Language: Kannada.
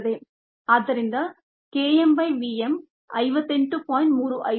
ಆದ್ದರಿಂದ Km by vm 58